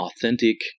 authentic